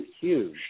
huge